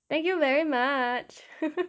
thank you very much